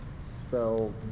spell